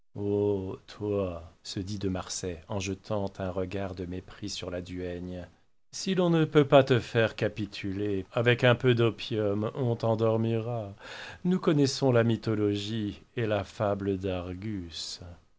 toi se dit de marsay en jetant un regard de mépris sur la duègne si l'on ne peut pas te faire capituler avec un peu d'opium l'on t'endormira nous connaissons la mythologie et la fable d'argus